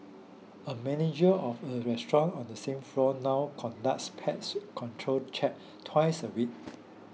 a manager of a restaurant on the same floor now conducts pest control checks twice a week